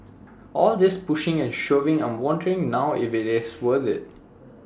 all this pushing and shoving I'm wondering now if IT is worth IT